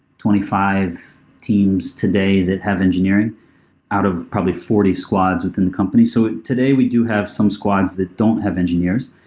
twenty five teams today that have engineering out of probably forty squads within the company. so today we do have some squads that don't have engineers.